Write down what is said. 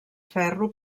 ferro